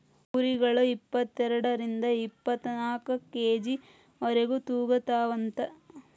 ಕುರಿಗಳ ಇಪ್ಪತೆರಡರಿಂದ ಇಪ್ಪತ್ತನಾಕ ಕೆ.ಜಿ ವರೆಗು ತೂಗತಾವಂತ